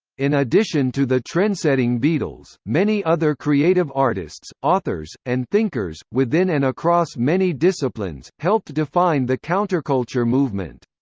in addition to the trendsetting beatles, many other creative artists, authors, and thinkers, within and across many disciplines, helped define the counterculture movement.